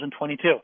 2022